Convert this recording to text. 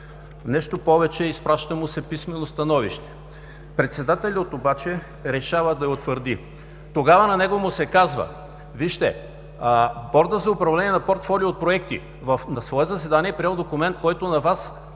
Нещо повече, изпраща му се писмено становище. Председателят обаче решава да я утвърди. Тогава на него му се казва: Вижте, Бордът за управление на портфолио проекти на свое заседание е приел документ, който Ви